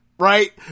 Right